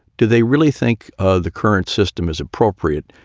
do they really think ah the current system is appropriate,